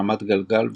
הרמת גלגל ושיכוך.